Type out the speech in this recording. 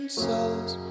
souls